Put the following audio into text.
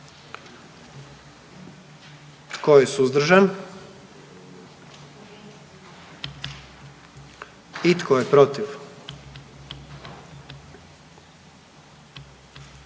Tko je suzdržan? I tko je protiv?